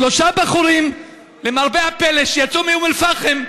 שלושת הבחורים שיצאו מאום-אלפחם,